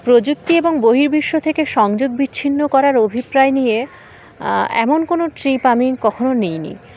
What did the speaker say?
প্রযুক্তি এবং বহির্বিশ্ব থেকে সংযোগ বিচ্ছিন্ন করার অভিপ্রায় নিয়ে এমন কোনো ট্রিপ আমি কখনও নিইনি